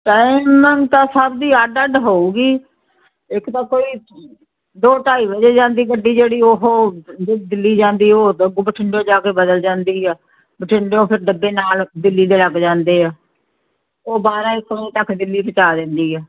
timing ਤਾਂ ਸਭ ਦੀ ਅੱਡ ਅੱਡ ਹੋਵੇਗੀ ਇੱਕ ਤਾਂ ਕੋਈ ਦੋ ਢਾਈ ਵਜੇ ਜਾਂਦੀ ਗੱਡੀ ਜਿਹੜੀ ਉਹ ਦਿੱਲੀ ਜਾਂਦੀ ਉਹ ਬਠਿੰਡੇ ਜਾ ਕੇ ਬਦਲ ਜਾਂਦੀ ਆ ਬਠਿੰਡਿਓਂ ਫਿਰ ਡੱਬੇ ਨਾਲ ਦਿੱਲੀ ਦੇ ਲੱਗ ਜਾਂਦੇ ਆ ਉਹ ਬਾਰਾਂ ਇੱਕ ਵਜੇ ਤੱਕ ਦਿੱਲੀ ਪਹੁੰਚਾ ਦਿੰਦੀ ਆ